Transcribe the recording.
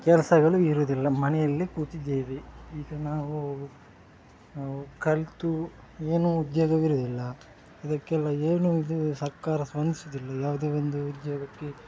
ಕೆಲ್ಸಗಳು ಇರೋದಿಲ್ಲ ಮನೆಯಲ್ಲಿ ಕೂತಿದ್ದೇವೆ ಈಗ ನಾವು ಕಲಿತು ಏನು ಉದ್ಯೋಗವಿರೋದಿಲ್ಲ ಇದಕ್ಕೆಲ್ಲ ಏನು ಇದು ಸರ್ಕಾರ ಸ್ವಂದಿಸೋದಿಲ್ಲ ಯಾವುದೇ ಒಂದು ಉದ್ಯೋಗಕ್ಕೆ